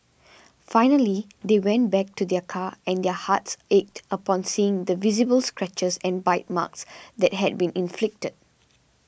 finally they went back to their car and their hearts ached upon seeing the visible scratches and bite marks that had been inflicted